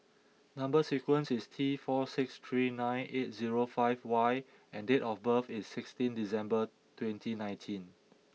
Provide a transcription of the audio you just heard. number sequence is T four six three nine eight zero five Y and date of birth is sixteen December twenty nineteen